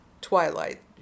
twilight